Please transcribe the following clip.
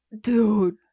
dude